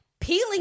peeling